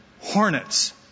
hornets